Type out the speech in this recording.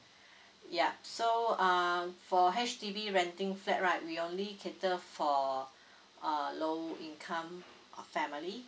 yeah so uh for H_D_B renting flat right we only cater for uh lower income uh family